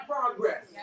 progress